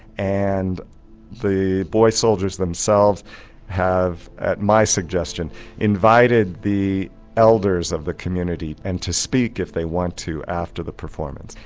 and the boy soldiers themselves have at my suggestion invited the elders of the community and to speak if they want to after the performance.